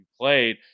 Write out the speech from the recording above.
played